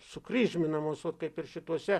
sukryžmina mus vat kaip ir šituose